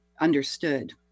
understood